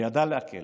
והוא ידע להקל,